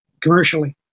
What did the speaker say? commercially